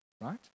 Right